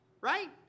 Right